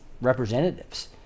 representatives